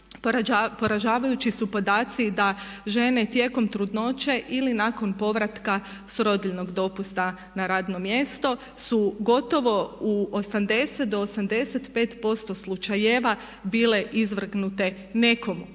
Poražavajući su podaci da žene tijekom trudnoće ili nakon povratka s rodiljnog dopusta na radno mjesto su gotovo u 80 do 85% slučajeva bile izvrgnute nekom